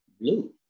blue